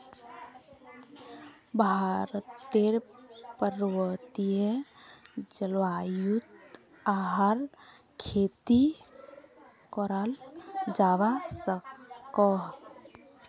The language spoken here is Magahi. भारतेर पर्वतिये जल्वायुत याहर खेती कराल जावा सकोह